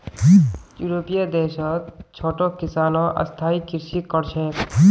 यूरोपीय देशत छोटो किसानो स्थायी कृषि कर छेक